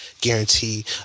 Guarantee